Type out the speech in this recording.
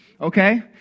okay